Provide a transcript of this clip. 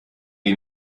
die